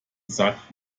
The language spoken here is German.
sagt